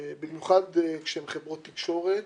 במיוחד של חברות תקשורת,